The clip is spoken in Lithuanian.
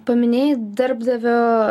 paminėjai darbdavio